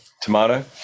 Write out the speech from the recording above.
Tomato